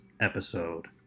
episode